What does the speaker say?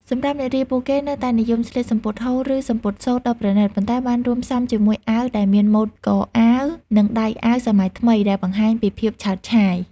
សម្រាប់នារី ពួកគេនៅតែនិយមស្លៀក សំពត់ហូល ឬសំពត់សូត្រ ដ៏ប្រណីត ប៉ុន្តែបានរួមផ្សំជាមួយអាវដែលមានម៉ូដកអាវ និងដៃអាវសម័យថ្មី ដែលបង្ហាញពីភាពឆើតឆាយ។